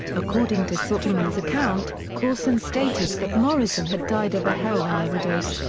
according to sugerman's account, courson stated that morrison had died of a heroin overdose,